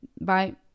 right